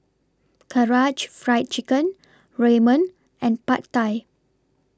Karaage Fried Chicken Ramen and Pad Thai